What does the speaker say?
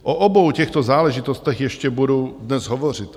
O obou těchto záležitostech ještě budu dnes hovořit.